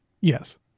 Yes